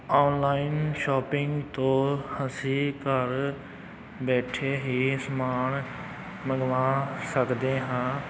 online shopping ਤੋਂ ਅਸੀਂ ਘਰ ਬੈਠੇ ਹੀ ਸਮਾਨ ਮੰਗਵਾ ਸਕਦੇ ਹਾਂ